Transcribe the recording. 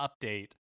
update